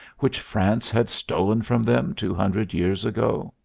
which france had stolen from them two hundred years ago?